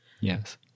Yes